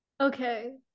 Okay